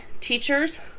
teachers